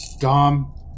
Dom